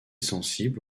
sensible